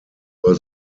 were